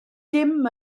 dim